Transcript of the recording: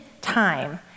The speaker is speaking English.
time